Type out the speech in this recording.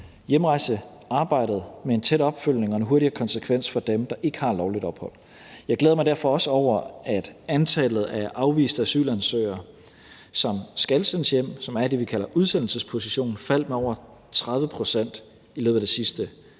hjemrejsearbejdet med en tæt opfølgning og en hurtigere konsekvens for dem, der ikke har lovligt ophold. Jeg glæder mig derfor også over, at antallet af afviste asylansøgere, der skal sendes hjem, som er i det, vi kalder udsendelsesposition, faldt med 30 pct. i løbet af det sidste års